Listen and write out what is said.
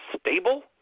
stable